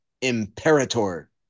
Imperator